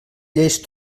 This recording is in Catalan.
lleis